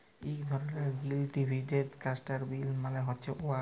ইক ধরলের গ্রিল ভেজিটেবল ক্লাস্টার বিল মালে হছে গুয়ার